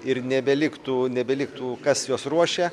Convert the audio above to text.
ir nebeliktų nebeliktų kas juos ruošia